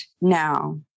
now